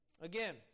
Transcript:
Again